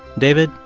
david,